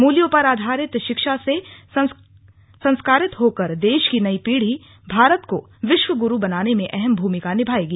मूल्यों पर आधारित शिक्षा से संस्कारित होकर देश की नई पीढ़ी भारत को विश्व गुरु बनाने में अहम भूमिका निभाएगी